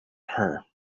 her